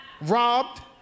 robbed